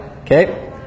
Okay